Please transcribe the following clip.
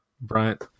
Bryant